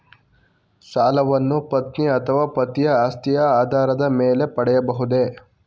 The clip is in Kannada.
ಸಾಲವನ್ನು ಪತ್ನಿ ಅಥವಾ ಪತಿಯ ಆಸ್ತಿಯ ಆಧಾರದ ಮೇಲೆ ಪಡೆಯಬಹುದೇ?